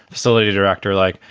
facility director, like,